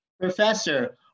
Professor